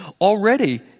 Already